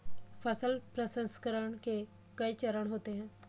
फसल प्रसंसकरण के कई चरण होते हैं